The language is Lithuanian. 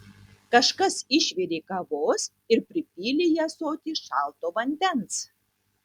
kažkas išvirė kavos ir pripylė į ąsotį šalto vandens